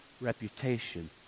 reputation